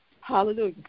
Hallelujah